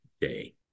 day